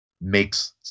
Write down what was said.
makes